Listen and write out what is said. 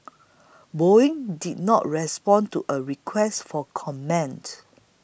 Boeing did not respond to a request for comment